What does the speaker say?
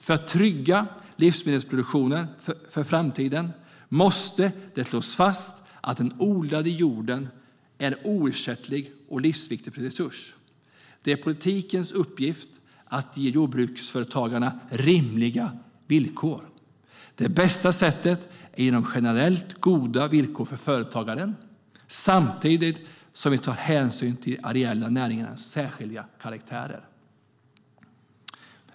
För att trygga livsmedelsproduktionen för framtiden måste det slås fast att den odlade jorden är en oersättlig och livsviktig resurs. Det är politikens uppgift att ge jordbruksföretagarna rimliga villkor. Det bästa sättet är genom generellt goda villkor för företagaren samtidigt som vi tar hänsyn till areella näringars särskilda karaktär.